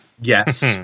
Yes